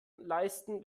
leisten